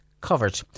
Covered